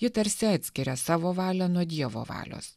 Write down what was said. ji tarsi atskiria savo valią nuo dievo valios